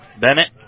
Bennett